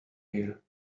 here